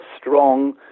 strong